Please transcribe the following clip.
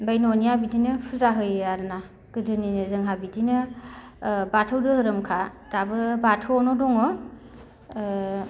ओमफाय न'निया बिदिनो फुजा होयो आरोना गोदोनिनो जोंहा बिदिनो ओ बाथौ धोरोमखा दाबो बाथौआवनो दङ ओ